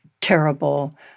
terrible